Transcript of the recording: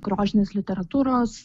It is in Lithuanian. grožinės literatūros